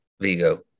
Vigo